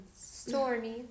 Stormy